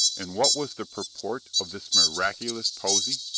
and what was the purport of this miraculous posy?